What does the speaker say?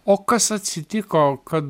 o kas atsitiko kad